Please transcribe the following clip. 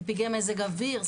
פגעי מזג אוויר,